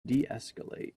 deescalate